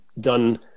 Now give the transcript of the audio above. done